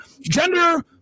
gender